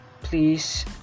please